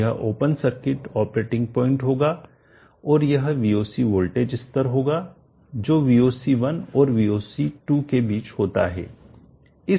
तो यह open circuit operating point होगा और यह VOCवोल्टेज स्तर होगा जो VOC1 और VOC2 के बीच होता है